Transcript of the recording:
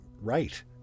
right